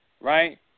Right